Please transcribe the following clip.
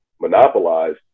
monopolized